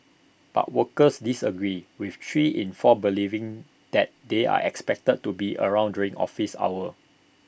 but workers disagreed with three in four believing that they are expected to be around during office hours